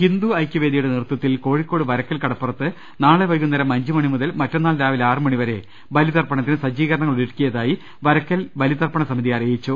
ഹിന്ദു ഐക്യവേദിയുടെ നേതൃത്വത്തിൽ കോഴിക്കോട് വരക്കൽ കടപ്പുറത്ത് നാളെ വൈകുന്നേരം അഞ്ച് മണി മുതൽ മറ്റന്നാൾ രാവിലെ ആറ് മണി വരെ ബലി തർപ്പണത്തിന് സജീകരണങ്ങൾ ഒരുക്കിയതായി പ്രക്കൽ ബലിതർപ്പണ സമിതി അറിയിച്ചു